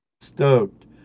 Stoked